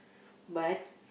but